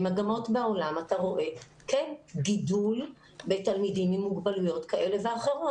במגמות בעולם אתה רואה כן גידול בתלמידים עם מוגבלויות כאלה ואחרות.